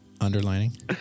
underlining